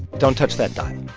don't touch that dial.